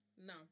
No